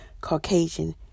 Caucasian